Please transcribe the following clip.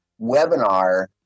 webinar